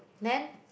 then